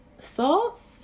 salt